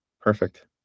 Perfect